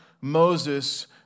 Moses